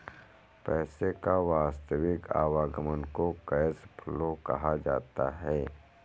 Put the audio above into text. पैसे का वास्तविक आवागमन को कैश फ्लो कहा जाता है